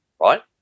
right